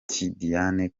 tidiane